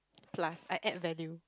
plus I add value